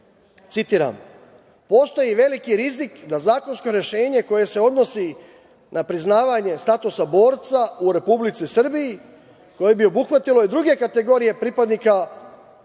citiram: "Postoji veliki rizik da zakonsko rešenje koje se odnosi na priznavanje statusa borca u Republici Srbiji koje bi obuhvatilo i druge kategorije pripadnika